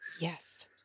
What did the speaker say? Yes